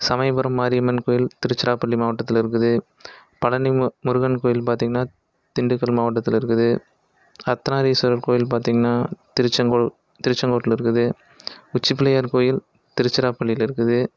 சமயபுரம் மாரியம்மன் கோவில் திருச்சிராப்பள்ளி மாவட்டத்தில் இருக்குது பழனி மு முருகன் கோவில்னு பார்த்திங்கன்னா திண்டுக்கல் மாவட்டத்தில் இருக்குது அர்த்தநாரீஸ்வரர் கோவில் பார்த்திங்கன்னா திருச்செங்கோல் திருச்செங்கோட்டில் இருக்குது சா உச்சி பிள்ளையார் கோயில் திருச்சிராப்பள்ளியில் இருக்குது